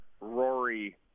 Rory